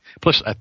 Plus